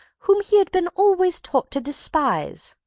whom he had been always taught to despise?